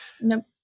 Nope